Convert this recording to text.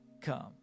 come